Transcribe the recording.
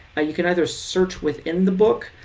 ah you can either search within the book,